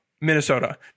Minnesota